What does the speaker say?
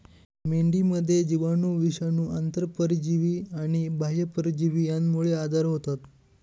मेंढीमध्ये जीवाणू, विषाणू, आंतरपरजीवी आणि बाह्य परजीवी यांमुळे आजार होतात